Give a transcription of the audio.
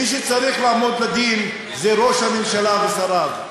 מי שצריך לעמוד לדין זה ראש הממשלה ושריו.